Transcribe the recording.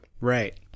Right